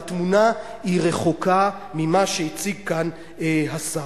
והתמונה רחוקה ממה שהציג כאן השר.